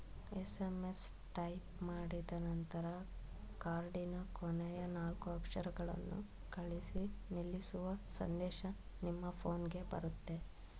SMS type ಮಾಡಿದನಂತರ ಕಾರ್ಡಿನ ಕೊನೆಯ ನಾಲ್ಕು ಅಕ್ಷರಗಳನ್ನು ಕಳಿಸಿ ನಿಲ್ಲಿಸುವ ಸಂದೇಶ ನಿಮ್ಮ ಫೋನ್ಗೆ ಬರುತ್ತೆ